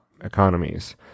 economies